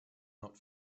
not